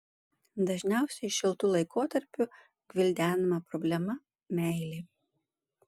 dažniausiai šiltu laikotarpiu gvildenama problema meilė